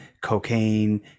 cocaine